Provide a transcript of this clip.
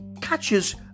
catches